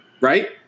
right